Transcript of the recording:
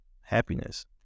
happiness